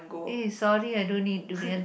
eh sorry I don't eat durians